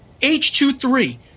H23